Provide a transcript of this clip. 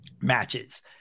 matches